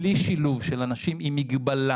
בלי שילוב של אנשים עם מגבלה